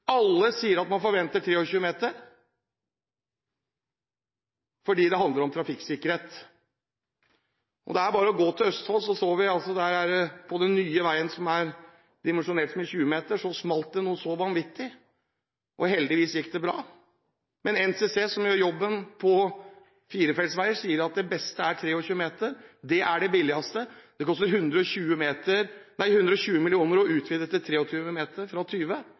alle sier – at man forventer 23 meter, fordi det handler om trafikksikkerhet. Det er bare å gå til Østfold. Der så vi på den nye veien som er dimensjonert med 20 meter, at det smalt noe så vanvittig. Heldigvis gikk det bra. NCC, som gjør jobben på firefelts veier, sier at det beste er 23 meter. Det er det billigste. Det koster 120 mill. kr å utvide til 23 meter fra 20